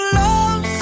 love